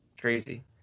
crazy